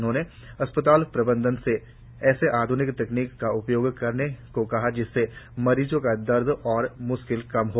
उन्होंने अस्पताल प्रबंधन से ऐसे आध्निक तकनीको का उपयोग करने को कहा जिससे मरीजों का दर्द और म्श्किले कम हो